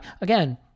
again